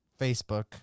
Facebook